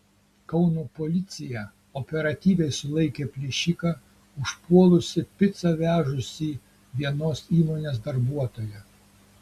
kauno policija operatyviai sulaikė plėšiką užpuolusį picą vežusį vienos įmonės darbuotoją